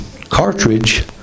cartridge